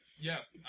Yes